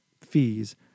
fees